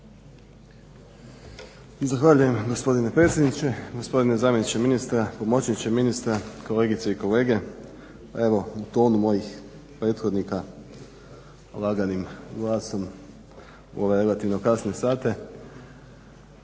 Zahvaljujem gospodine predsjedniče, gospodine zamjeniče ministra, pomoćniče ministra, kolegice i kolege. Pa evo, ton mojih prethodnika laganim glasom u ove relativno kasne sate